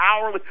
hourly